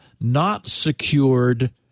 not-secured